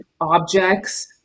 objects